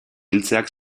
iltzeak